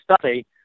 study